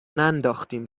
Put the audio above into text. ننداختیم